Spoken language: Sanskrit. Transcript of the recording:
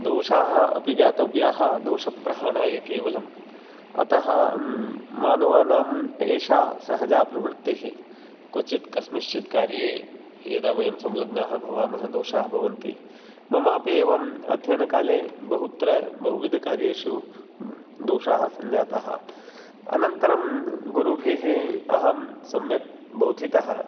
दोषाः अपि ज्ञातव्याः दोषप्रहरणाय केवलम् अतः मानवानाम् एषा सहजा प्रवृत्तिः क्वचित् कस्मिँश्चित् कार्ये यदा वयं संलग्नाः भवामः दोषाः भवन्ति ममापि एवम् अध्ययनकाले बहुत्र बहु विधकार्येषु दोषाः सञ्जाताः अनन्तरं गुरुभिः अहं सम्यक् बोधितः